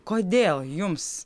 kodėl jums